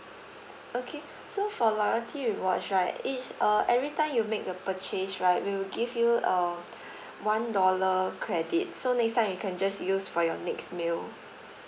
okay so for loyalty rewards right each uh every time you make a purchase right we will give you a one dollar credit so next time you can just use for your next meal